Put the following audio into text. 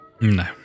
No